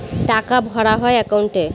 টাকা ভরা হয় একাউন্টে